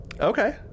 Okay